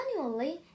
Annually